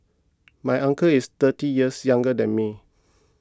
my uncle is thirty years younger than me